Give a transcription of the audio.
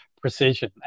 Precision